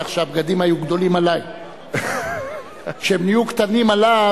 כך שהבגדים היו גדולים עלי כשהם נהיו קטנים עליו,